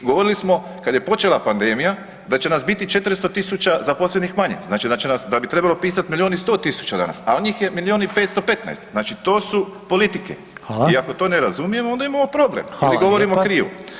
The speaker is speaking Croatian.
I govorili smo kad je počela pandemija da će nas biti 400.000 zaposlenih manje, znači da bi trebalo pisat milijun i 100 tisuća danas, a od njih je milijun i 515, znači to su politike i ako to ne razumijemo onda imamo problem ili govorimo krivo.